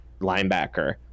linebacker